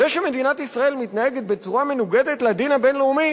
זה שמדינת ישראל מתנהגת בצורה מנוגדת לדין הבין-לאומי